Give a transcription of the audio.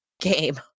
game